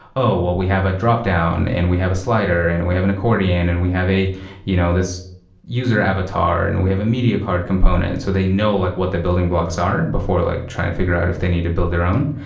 oh! well, we have a drop down, and we have a slider, and we have an accordion, and we have you know this user avatar, and and we have a media card component. so they know like what the building blocks are before like trying to figure out if they need to build their own.